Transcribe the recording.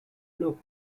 look